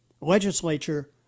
legislature